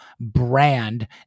brand